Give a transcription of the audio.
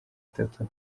itatu